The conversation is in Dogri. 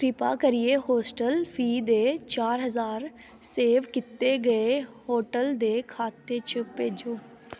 कृपा करियै होस्टल फीस दे चार हजार सेव कीते गे होटल दे खाते च भेजो